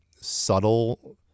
subtle